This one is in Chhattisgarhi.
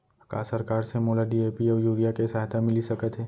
का सरकार से मोला डी.ए.पी अऊ यूरिया के सहायता मिलिस सकत हे?